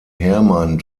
hermann